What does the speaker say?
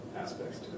aspects